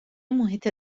محیط